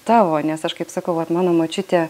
tavo nes aš kaip sakau vat mano močiutė